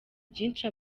byinshi